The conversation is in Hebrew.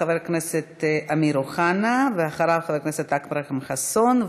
חבר הכנסת אמיר אוחנה וחבר הכנסת אכרם חסון,